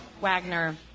Wagner